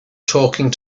talking